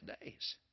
days